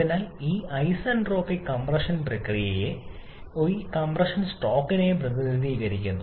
അതിനാൽ ഈ isentropic compression പ്രക്രിയയെ ഈ കംപ്രഷൻ സ്ട്രോക്കിനെ പ്രതിനിധീകരിക്കുന്നു